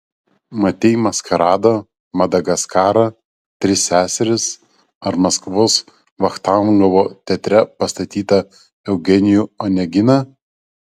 matei maskaradą madagaskarą tris seseris ar maskvos vachtangovo teatre pastatytą eugenijų oneginą